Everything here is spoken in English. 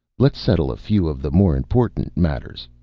let's settle a few of the more important matters,